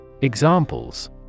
Examples